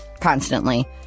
constantly